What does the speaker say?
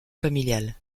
familial